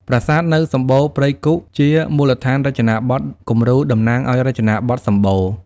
ប្រាសាទនៅសម្បូណ៌ព្រៃគុហ៍ជាមូលដ្ឋានរចនាបថគំរូតំណាងឱ្យរចនាបថ សម្បូណ៌ ។